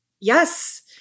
Yes